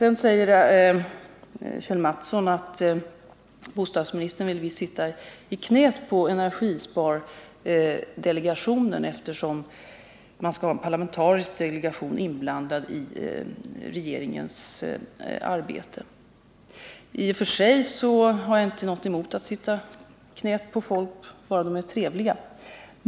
Enligt Kjell Mattsson vill bostadsministern sitta i knät på energispardelegationen, eftersom en parlamentarisk delegation skall vara inblandad i regeringens arbete. I och för sig har jag inget emot att sitta i knät på folk, om de bara är trevliga.